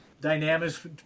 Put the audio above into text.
Dynamics